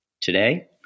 Today